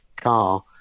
car